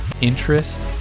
Interest